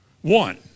one